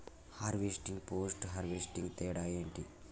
Harvesting, post harvesting తేడా ఏంటి?